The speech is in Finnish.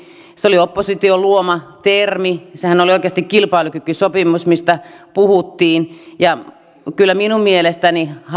se oli opposition luoma termi sehän oli oikeasti kilpailukykysopimus mistä puhuttiin kyllä minun mielestäni